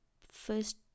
first